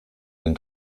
den